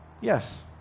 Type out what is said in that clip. Yes